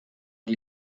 die